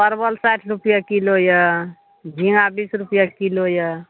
परवल साठि रुपैए किलो यऽ झिङ्गा बीस रुपैए किलो यऽ